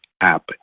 app